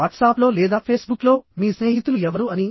వాట్సాప్లో లేదా ఫేస్బుక్లో మీ స్నేహితులు ఎవరు అని